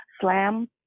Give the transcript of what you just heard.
slam